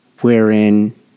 wherein